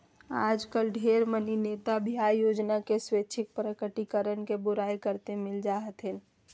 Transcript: आजकल ढेर मनी नेता भी आय योजना के स्वैच्छिक प्रकटीकरण के बुराई करते मिल जा हथिन